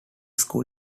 school